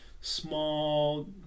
small